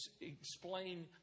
explain